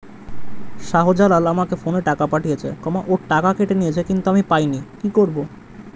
শাহ্জালাল আমাকে ফোনে টাকা পাঠিয়েছে, ওর টাকা কেটে নিয়েছে কিন্তু আমি পাইনি, কি করব?